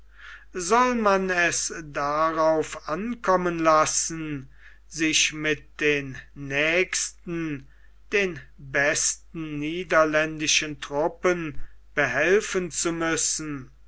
soll man es darauf ankommen lassen sich mit den nächsten den besten niederländischen truppen behelfen zu müssen